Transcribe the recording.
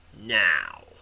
now